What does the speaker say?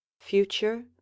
future